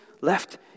left